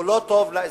הוא לא טוב לאזרחים.